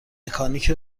مکانیک